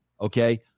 Okay